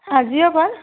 আাজিৰেপৰা